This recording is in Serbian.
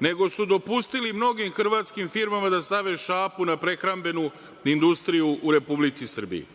nego su dopustili mnogim hrvatskim firmama da stave šapu na prehrambenu industriju u Republici Srbiji.